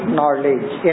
Knowledge